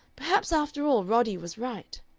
perhaps, after all, roddy was right!